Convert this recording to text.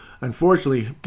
unfortunately